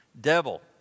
Devil